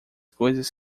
coisas